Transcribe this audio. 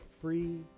free